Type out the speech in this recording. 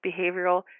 behavioral